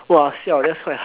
!wah! siao that's quite high